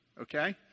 okay